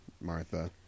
Martha